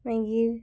मागीर